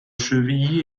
chevilly